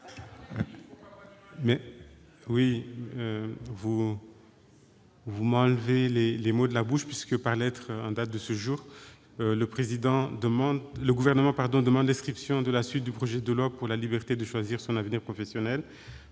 vous m'ôtez les mots de la bouche. Par lettre en date de ce jour, le Gouvernement demande l'inscription de la suite de l'examen du projet de loi pour la liberté de choisir son avenir professionnel